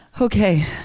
Okay